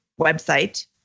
website